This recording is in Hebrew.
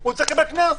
הוא צריך לקבל קנס נכון.